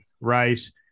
Rice